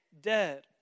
dead